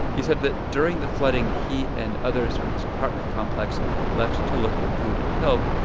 he said that during the flooding, he and others from his apartment complex left to look for food and help.